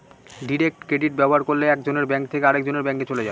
direct credit ব্যবহার করলে এক জনের ব্যাঙ্ক থেকে আরেকজনের ব্যাঙ্কে চলে যায়